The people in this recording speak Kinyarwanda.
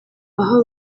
aho